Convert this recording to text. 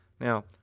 Now